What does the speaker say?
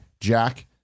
Jack